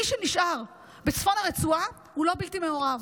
מי שנשאר בצפון הרצועה הוא לא בלתי מעורב